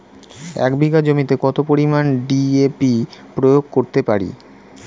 এক বিঘা জমিতে কত পরিমান ডি.এ.পি প্রয়োগ করতে পারি?